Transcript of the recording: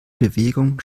bewegung